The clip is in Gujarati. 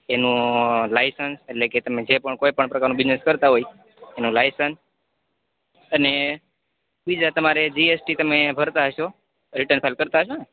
એનુ લાઈસન્સ એટલે કે તમે જે પણ કોઈ પણ પ્રકારનું બિઝનેસ કરતાં હોય એનું લાઈસન્સ અને બીજા તમારે જીએસટી તમે ભરતા હશો રિટર્ન ફાઇલ કરતાં હશો ને